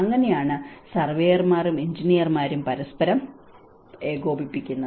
അങ്ങനെയാണ് സർവേയറും എഞ്ചിനീയർമാരും പരസ്പരം ഏകോപിപ്പിക്കുന്നത്